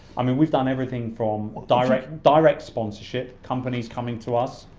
i mean we've done everything from direct from direct sponsorship, companies coming to us,